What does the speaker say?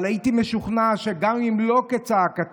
אבל הייתי משוכנע שגם אם לא כצעקתה,